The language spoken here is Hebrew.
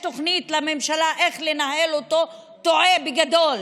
לממשלה תוכנית איך לנהל אותו טועה בגדול.